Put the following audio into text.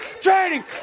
training